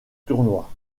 tournoi